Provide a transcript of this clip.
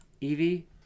Evie